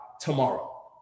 tomorrow